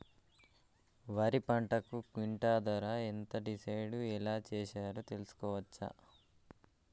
వరి పంటకు క్వింటా ధర ఎంత డిసైడ్ ఎలా చేశారు తెలుసుకోవచ్చా?